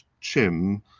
Chim